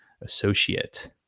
Associate